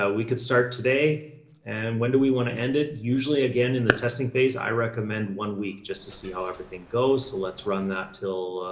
ah we could start today and when do we want to end it? usually again in the testing phase, i recommend one week just to see how everything goes. so let's run that, ah,